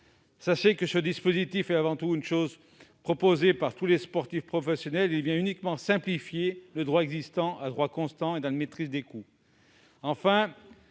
sports. Ce dispositif est avant tout voulu par tous les sportifs professionnels et vient uniquement simplifier le droit existant, à droit constant et dans la maîtrise des coûts.